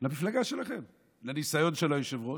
במפלגה שלכם לניסיון של היושב-ראש,